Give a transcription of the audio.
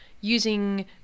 using